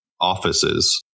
offices